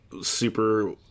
super